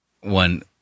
one